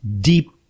deep